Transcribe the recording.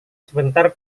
sebentar